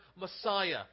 Messiah